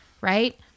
right